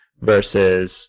versus